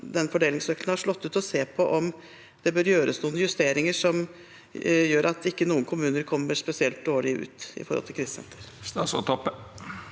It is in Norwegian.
den fordelingsnøkkelen har slått ut, og se på om det bør gjøres noen justeringer som gjør at ikke noen kommuner kommer spesielt dårlig ut med tanke på krisesentrene.